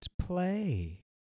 play